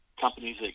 companies